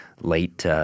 late